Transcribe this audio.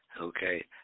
okay